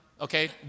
Okay